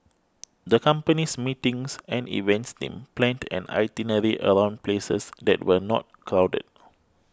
the company's meetings and events team planned an itinerary around places that were not crowded